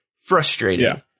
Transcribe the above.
frustrating